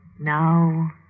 Now